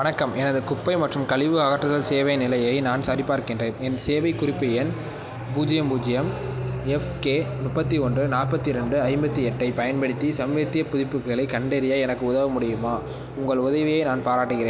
வணக்கம் எனது குப்பை மற்றும் கழிவு அகற்றுதல் சேவை நிலையை நான் சரிபார்க்கின்றேன் என் சேவை குறிப்பு எண் பூஜ்யம் பூஜ்யம் எஃப்கே முப்பத்தி ஒன்று நாற்பத்தி ரெண்டு ஐம்பத்தி எட்டைப் பயன்படுத்தி சமீபத்திய புதுப்புகளைக் கண்டறிய எனக்கு உதவ முடியுமா உங்கள் உதவியை நான் பாராட்டுகிறேன்